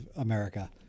America